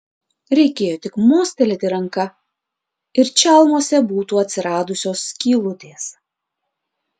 reikėjo tik mostelėti ranka ir čalmose būtų atsiradusios skylutės